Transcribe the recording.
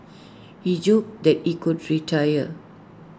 he joked that he would retire